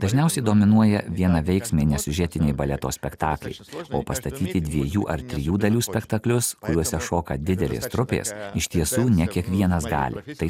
dažniausiai dominuoja vienaveiksmiai nesiužetiniai baleto spektakliai o pastatyti dviejų ar trijų dalių spektaklius kuriuose šoka didelės trupės iš tiesų ne kiekvienas gali tai